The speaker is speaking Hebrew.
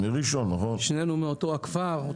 שנינו מאותו הכפר.